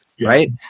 right